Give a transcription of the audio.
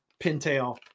pintail